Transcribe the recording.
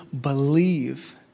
believe